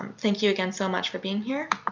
thank you again so much for being here.